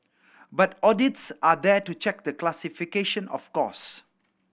but audits are there to check the classification of costs